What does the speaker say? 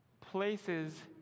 places